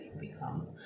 become